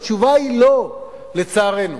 התשובה היא לא, לצערנו.